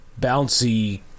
bouncy